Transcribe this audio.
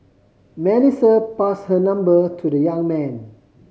Melissa pass her number to the young man